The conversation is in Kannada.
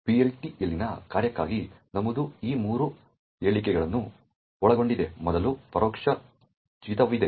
PLT ಯಲ್ಲಿನ ಕಾರ್ಯಕ್ಕಾಗಿ ನಮೂದು ಈ ಮೂರು ಹೇಳಿಕೆಗಳನ್ನು ಒಳಗೊಂಡಿದೆ ಮೊದಲು ಪರೋಕ್ಷ ಜಿಗಿತವಿದೆ